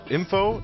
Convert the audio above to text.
info